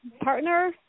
partner